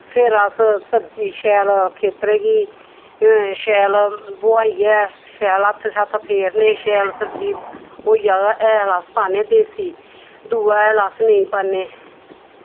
फिर अस सब्जी शैल खेत्तरे गी शैल बोहाइयै शैल हत्थ शत्थ फेरने शैल सब्जी होई जाह्ग हैल अस पान्ने देसी दूआ हैल अस नेईं पान्ने